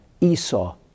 Esau